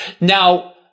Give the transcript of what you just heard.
now